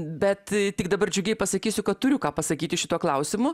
bet tik dabar džiugiai pasakysiu kad turiu ką pasakyti šituo klausimu